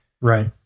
Right